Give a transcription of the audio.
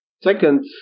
Second